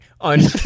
on